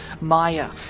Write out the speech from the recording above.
Maya